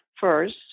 first